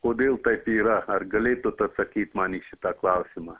kodėl taip yra ar galėtut atsakyt man į šitą klausimą